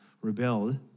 rebelled